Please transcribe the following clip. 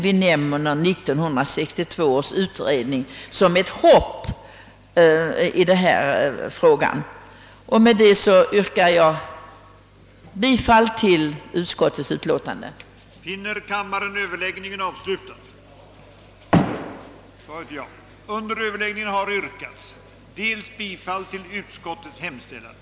Jag lovar herr Larsson att detta är sista gången vi i denna fråga hänvisar till förhoppningen om att 1962 års ungdomsutredning snart skall vara färdig. Med detta ber jag att få yrka bifall till utskottets hemställan.